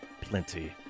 plenty